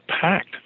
packed